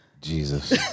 Jesus